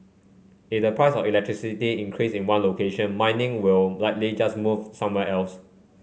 if the price of electricity increase in one location mining will likely just move somewhere else